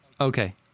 Okay